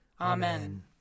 Amen